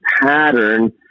pattern